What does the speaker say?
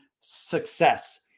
success